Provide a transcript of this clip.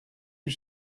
you